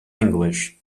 english